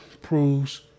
proves